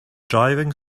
driving